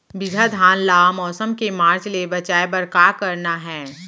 बिजहा धान ला मौसम के मार्च ले बचाए बर का करना है?